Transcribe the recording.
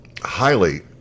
highly